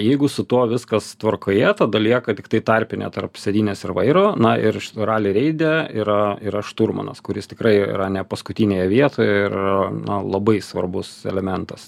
jeigu su tuo viskas tvarkoje tada lieka tiktai tarpinė tarp sėdynės ir vairo na ir rali reide yra yra šturmanas kuris tikrai yra ne paskutinėje vietoje ir na labai svarbus elementas